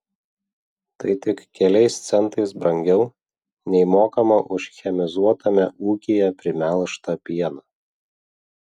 tai tik keliais centais brangiau nei mokama už chemizuotame ūkyje primelžtą pieną